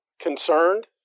concerned